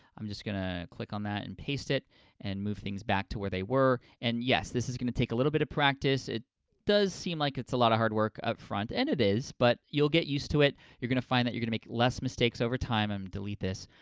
i'm just gonna click on that and paste it and move things back to where they were. and, yes, this is gonna take a little bit of practice. it does seem like it's a lot of hard work upfront, and it is, but you'll get used to it. you're gonna find that you're gonna make less mistakes over time. i'm gonna delete this.